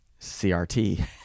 CRT